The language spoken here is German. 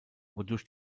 wodurch